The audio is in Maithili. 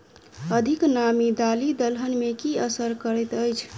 अधिक नामी दालि दलहन मे की असर करैत अछि?